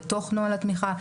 בתוך נוהל התמיכה,